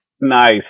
Nice